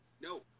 No